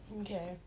Okay